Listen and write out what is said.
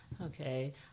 Okay